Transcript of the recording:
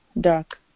dark